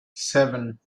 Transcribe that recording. seven